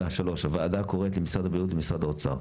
הוועדה קוראת למשרד הבריאות ומשרד האוצר,